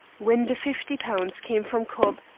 when the fifty pounds came from cobb,